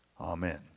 amen